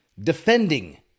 defending